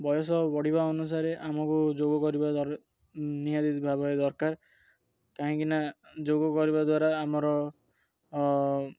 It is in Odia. ବୟସ ବଢ଼ିବା ଅନୁସାରେ ଆମକୁ ଯୋଗ କରିବା ନିହାତି ଭାବେ ଦରକାର କାହିଁକିନା ଯୋଗ କରିବା ଦ୍ୱାରା ଆମର